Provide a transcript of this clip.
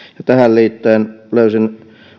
tähän liittyen löysin